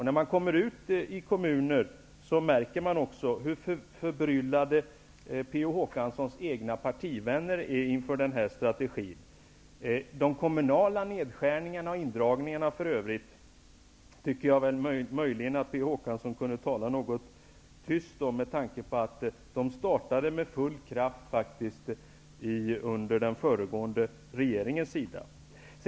När man kommer ut i olika kommuner, märker man också hur förbryllade Per Olof Håkanssons egna partivänner är inför denna strategi. De kommunala nedskärningarna och indragningarna för övrigt, tycker jag att Per Olof Håkansson skulle tala något tyst om, med tanke på att de med full kraft påbörjades under den föregående regeringens tid.